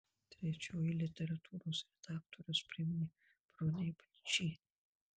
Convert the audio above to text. trečioji literatūros redaktoriaus premija bronei balčienei